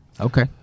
Okay